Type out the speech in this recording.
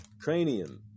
cranium